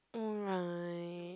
alright